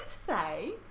today